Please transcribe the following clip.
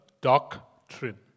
doctrine